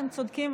אתם צודקים,